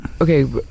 okay